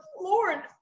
Lord